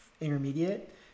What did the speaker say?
Intermediate